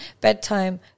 bedtime